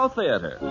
Theater